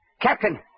Captain